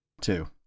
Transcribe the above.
two